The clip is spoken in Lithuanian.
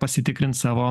pasitikrint savo